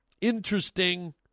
interesting